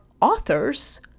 authors